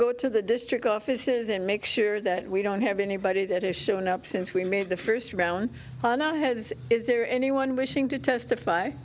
go to the district offices and make sure that we don't have anybody that has shown up since we made the first round on a has is there anyone wishing to testify